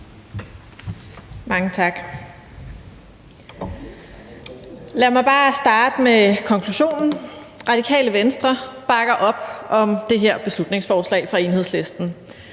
Lad mig bare starte med konklusionen: Radikale Venstre bakker op om det her beslutningsforslag fra Enhedslisten